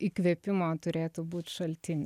įkvėpimo turėtų būt šaltiniu